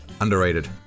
underrated